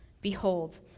Behold